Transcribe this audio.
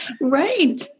Right